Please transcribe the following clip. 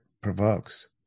provokes